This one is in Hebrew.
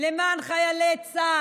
-- אדוני היושב-ראש ----- למען חיילי צה"ל,